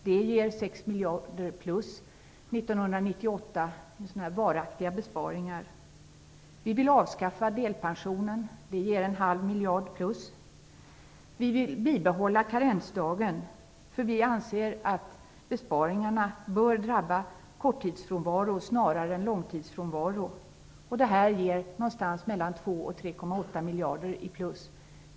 Det ger 6 miljarder extra 1998 i varaktiga besparingar. Vi vill avskaffa delpensionen. Det ger 0,5 miljarder plus. Vi vill bibehålla karensdagen. Vi anser att besparingarna bör drabba korttidsfrånvaro snarare än långtidsfrånvaro. Det ger 2-3,8 miljarder plus.